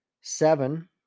Seven